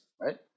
Right